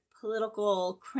political